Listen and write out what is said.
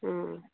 অঁ অঁ